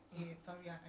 !oops!